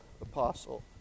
apostle